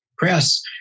press